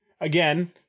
again